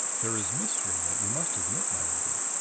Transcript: there is mystery in it, you must admit, my lady.